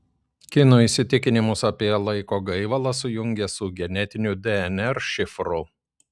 kinų įsitikinimus apie laiko gaivalą sujungė su genetiniu dnr šifru